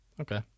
Okay